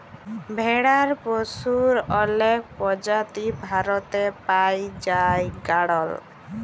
ভেড়ার পশুর অলেক প্রজাতি ভারতে পাই জাই গাড়ল